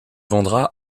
vendra